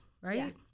right